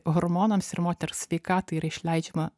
hormonams ir moters sveikatai yra išleidžiama